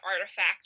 artifact